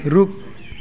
रुख